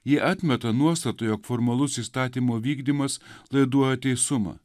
ji atmeta nuostatą jog formalus įstatymo vykdymas laiduoja teisumą